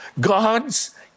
God's